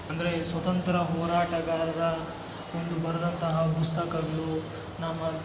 ಅಂದರೆ ಸ್ವತಂತ್ರ ಹೋರಾಟಗಾರರ ಒಂದು ಬರೆದಂತಹ ಪುಸ್ತಕಗಳು ನಮ್ಮ